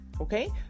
Okay